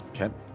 Okay